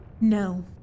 No